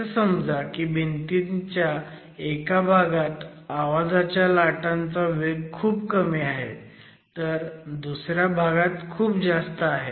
असं समजा की भिंतीच्या एका भागात आवाजाच्या लाटांचा वेग खूप कमी आहे तर दुसऱ्या भागात खूप जास्त आहे